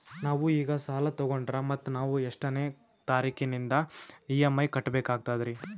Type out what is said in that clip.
ನಾವು ಈಗ ಸಾಲ ತೊಗೊಂಡ್ರ ಮತ್ತ ನಾವು ಎಷ್ಟನೆ ತಾರೀಖಿಲಿಂದ ಇ.ಎಂ.ಐ ಕಟ್ಬಕಾಗ್ತದ್ರೀ?